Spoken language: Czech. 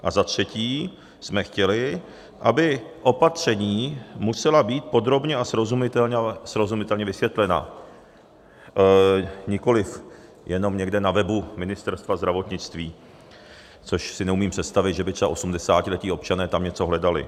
A za třetí jsme chtěli, aby opatření musela být podrobně a srozumitelně vysvětlena, nikoli jenom někde na webu Ministerstva zdravotnictví, což si neumím představit, že by třeba osmdesátiletí občané tam něco hledali.